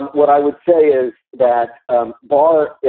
what i would say is that um bar. yeah